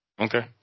Okay